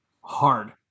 hard